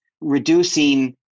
reducing